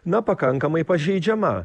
na pakankamai pažeidžiama